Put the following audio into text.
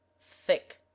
thick